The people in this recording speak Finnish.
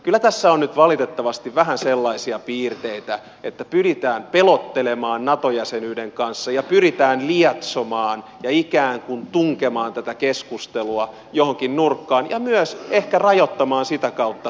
kyllä tässä on nyt valitettavasti vähän sellaisia piirteitä että pyritään pelottelemaan nato jäsenyyden kanssa ja pyritään lietsomaan ja ikään kuin tunkemaan tätä keskustelua johonkin nurkkaan ja myös ehkä rajoittamaan sitä kautta sananvapautta